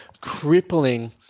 crippling